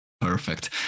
perfect